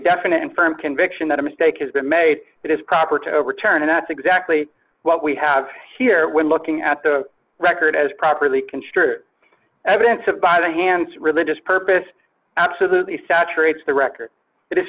definite and firm conviction that a mistake has been made it is proper to overturn and that's exactly what we have here when looking at the record as properly construed evidence of by the hands religious purpose absolutely saturates the record